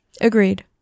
Agreed